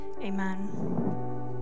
Amen